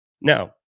Now